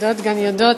יודעות גם יודעות.